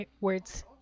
words